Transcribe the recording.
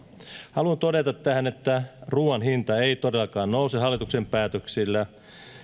haluan todeta tähän että ruuan hinta ei todellakaan nouse hallituksen päätöksillä